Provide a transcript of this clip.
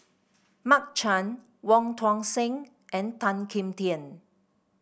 Mark Chan Wong Tuang Seng and Tan Kim Tian